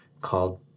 called